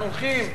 אנחנו הולכים,